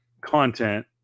content